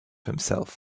himself